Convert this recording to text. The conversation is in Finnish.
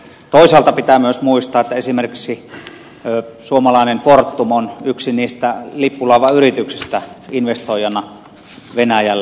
toisaalta pitää myös muistaa että esimerkiksi suomalainen fortum on yksi niistä lippulaivayrityksistä investoijana venäjälle